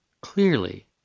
Clearly